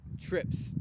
trips